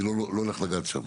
אני לא הולך לנגוע שם.